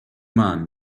man